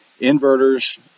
inverters